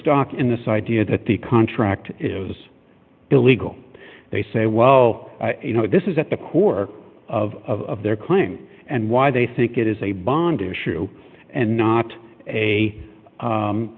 stock in this idea that the contract is illegal they say well you know this is at the core of their claim and why they think it is a bond issue and not a